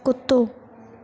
कुतो